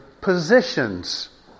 positions